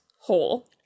hole